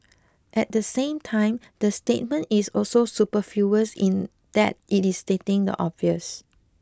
at the same time the statement is also superfluous in that it is stating the obvious